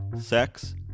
sex